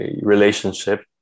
relationship